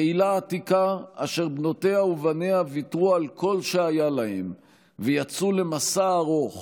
קהילה עתיקה אשר בנותיה ובניה ויתרו על כל שהיה להם ויצאו למסע ארוך